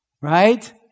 Right